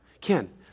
Ken